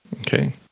okay